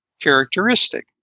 characteristic